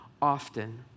often